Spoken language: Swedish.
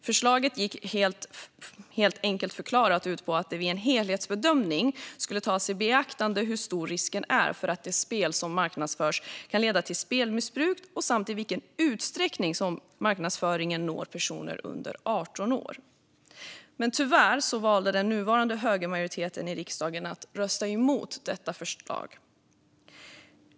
Förslaget gick, enkelt förklarat, ut på att det vid en helhetsbedömning skulle tas i beaktande hur stor risken är för att det spel som marknadsförs kan leda till spelmissbruk samt i vilken utsträckning marknadsföringen når personer under 18 år. Men tyvärr valde den nuvarande högermajoriteten i riksdagen att rösta emot detta förslag.